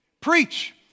Preach